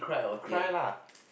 cry lah